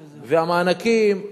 והמענקים,